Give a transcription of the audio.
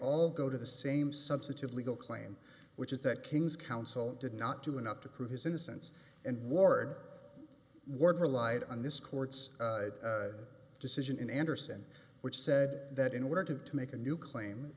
all go to the same substantive legal claim which is that king's counsel did not do enough to prove his innocence and ward ward relied on this court's decision in andersen which said that in order to make a new claim